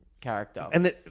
character